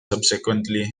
subsequently